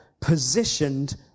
positioned